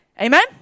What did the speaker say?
Amen